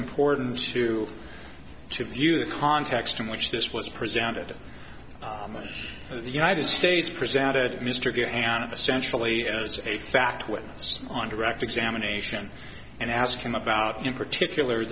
important too to view the context in which this was presented by the united states presented mr getting out of a centrally as a fact witness on direct examination and ask him about in particular